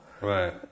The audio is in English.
Right